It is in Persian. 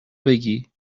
بگی